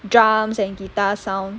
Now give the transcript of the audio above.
drums and guitar sound